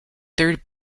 third